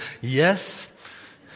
yes